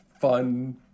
fun